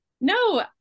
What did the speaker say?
No